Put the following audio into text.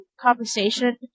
conversation